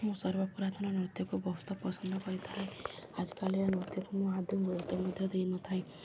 ସର୍ବପୁରାତନ ନୃତ୍ୟକୁ ବହୁତ ପସନ୍ଦ କରିଥାଏ ଆଜିକାଲି ନୃତ୍ୟକୁ ମୁଁ ଆଦୌ ଗୁରୁତ୍ୱ ମଧ୍ୟ ଦେଇନଥାଏ